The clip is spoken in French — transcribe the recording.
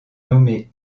nommé